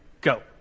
go